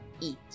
eat